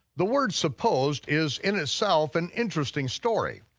the word supposed is in itself an interesting story.